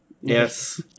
Yes